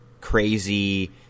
crazy